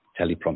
teleprompter